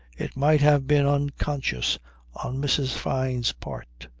it might have been unconscious on mrs. fyne's part,